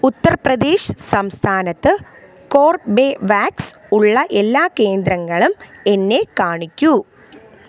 ഉത്തർ പ്രദേശ് സംസ്ഥാനത്ത് കോർബെവാക്സ് ഉള്ള എല്ലാ കേന്ദ്രങ്ങളും എന്നെ കാണിക്കൂ